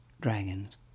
dragons